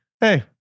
hey